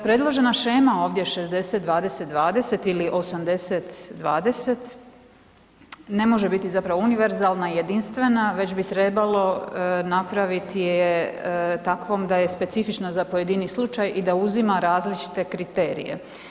Predložena šema ovdje 60:20:20 ili 80:20 ne može biti zapravo univerzalna i jedinstvena već bi trebalo napraviti je takvom da je specifična za pojedini slučaj i da uzima različite kriterije.